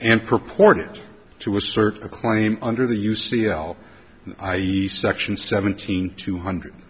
and purported to assert a claim under the u c l i e section seventeen two hundred